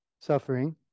suffering